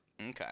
Okay